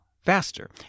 faster